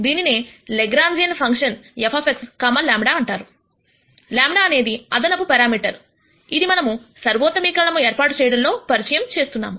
దీనినే Lagrangian function f comma λఅంటారు λఅనేది అదనపు పారామీటర్ అది మనము సర్వోత్తమీకరణం ఏర్పాటు చేయడంలో పరిచయం చేస్తున్నాము